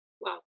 Wow